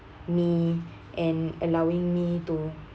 me and allowing me to